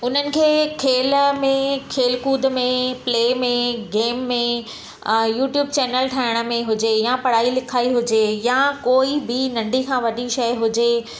उन्हनि खे खेल में खेल कूद में प्ले में गेम में यूट्यूब चैनल ठाहिण में हुजे या पढ़ाई लिखाई हुजे या कोई बि नंढी खां वॾी शइ हुजे